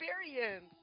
experience